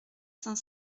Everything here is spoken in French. cinq